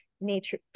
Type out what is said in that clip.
nature